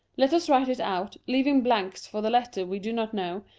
let us write it out, leaving blanks for the letters we do not know,